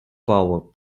power